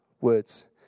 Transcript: words